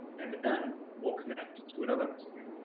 and n will connect to another message.